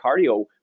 cardio